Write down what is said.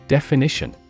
Definition